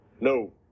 No